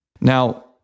Now